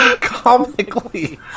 comically